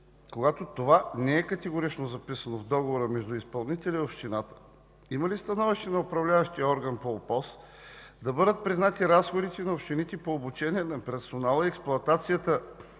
когато това не е категорично записано в договора между изпълнителя и общината? Има ли становище на управляващия орган на ОПОС да бъдат признати разходите на общините по обучение на персонала и експлоатацията